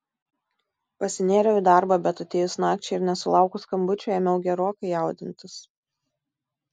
pasinėriau į darbą bet atėjus nakčiai ir nesulaukus skambučio ėmiau gerokai jaudintis